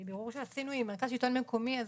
מבירור שעשינו עם מרכז שלטון מקומי אז